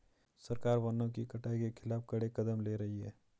सरकार वनों की कटाई के खिलाफ कड़े कदम ले रही है